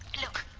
look,